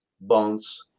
bonds